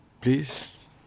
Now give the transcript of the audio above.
please